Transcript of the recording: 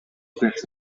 grapes